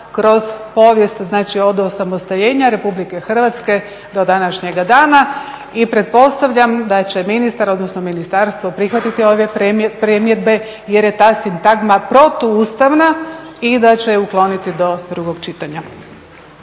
kroz povijest. Znači, od osamostaljenja RH do današnjega dana. I pretpostavljam da će ministar odnosno ministarstvo prihvatiti ove primjedbe jer je ta sintagma protuustavna i da će je ukloniti do drugog čitanja.